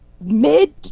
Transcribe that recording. mid